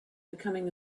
becoming